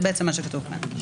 זה מה שכתוב כאן.